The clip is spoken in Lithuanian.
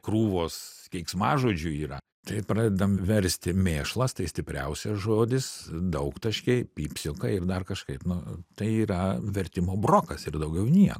krūvos keiksmažodžių yra tai pradedam versti mėšlas tai stipriausias žodis daugtaškiai pypsiu ir dar kažkaip nu tai yra vertimo brokas ir daugiau nieko